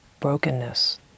brokenness